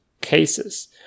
cases